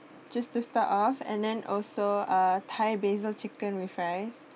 just to start off and then also uh thai basil chicken with rice